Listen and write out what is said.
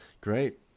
Great